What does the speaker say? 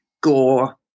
gore